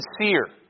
sincere